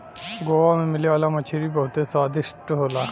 गोवा में मिले वाला मछरी बहुते स्वादिष्ट होला